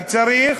אני צריך